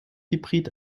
hybrid